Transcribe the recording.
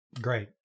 Great